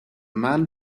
man